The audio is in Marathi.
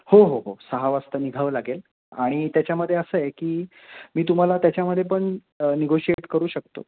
हो हो हो सहा वाजता निघावं लागेल आणि त्याच्यामध्ये असं आहे की मी तुम्हाला त्याच्यामध्ये पण निगोशिएट करू शकतो